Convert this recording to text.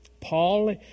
Paul